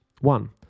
one